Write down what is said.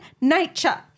nature